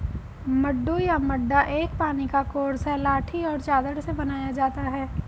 मड्डू या मड्डा एक पानी का कोर्स है लाठी और चादर से बनाया जाता है